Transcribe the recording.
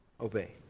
obey